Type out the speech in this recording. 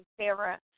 Sarah